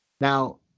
Now